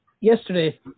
yesterday